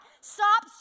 Stop